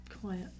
quiet